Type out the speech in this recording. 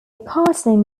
partner